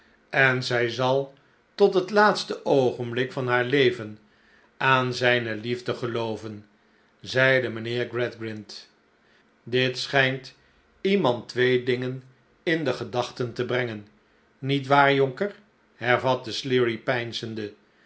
en zij zal tot het laatste oogenblik van haar leven aan zijne liefde gelooven zeide mijnheer gradgrind dit schijnt iemand twee dingen in de gedachten te brengen niet waar jonker hervatte